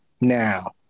now